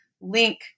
link